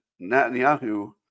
Netanyahu